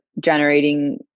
generating